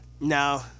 No